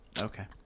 Okay